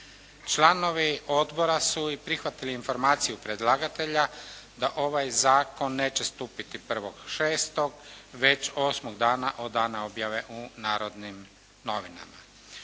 Članovi Odbora su i prihvatili informaciju predlagatelja da ovaj zakon neće stupiti 1.6. već osmog dana od dana objave u Narodnim novinama.